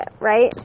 right